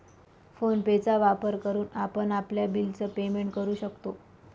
phone पे चा वापर करून आपण आपल्या बिल च पेमेंट करू शकतो